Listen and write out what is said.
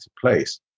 place